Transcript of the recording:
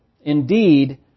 Indeed